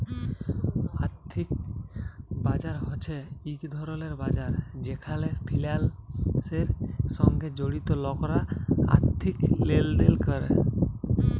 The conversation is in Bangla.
আর্থিক বাজার হছে ইক ধরলের বাজার যেখালে ফিলালসের সঙ্গে জড়িত লকরা আথ্থিক লেলদেল ক্যরে